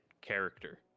character